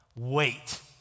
Wait